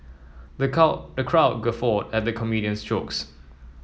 the crowd the crowd guffawed at the comedian's jokes